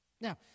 Now